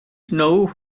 know